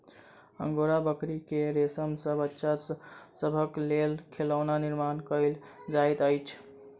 angora बकरी के रेशम सॅ बच्चा सभक लेल खिलौना निर्माण कयल जाइत अछि